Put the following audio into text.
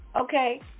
okay